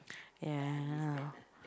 ya